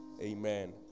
Amen